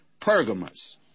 Pergamos